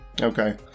Okay